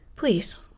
Please